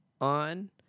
on